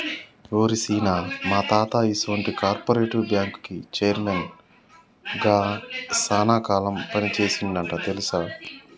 ఓరి సీన, మా తాత ఈసొంటి కార్పెరేటివ్ బ్యాంకుకి చైర్మన్ గా సాన కాలం పని సేసిండంట తెలుసా